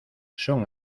son